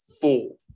four